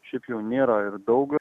šiaip jau nėra ir daug